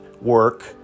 work